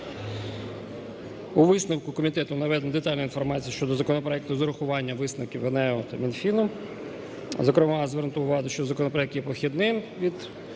У висновку комітету наведена детальна інформація щодо законопроекту з урахуванням висновків ГНЕУ та Мінфіну, зокрема звернуто увагу, що законопроект є похідним від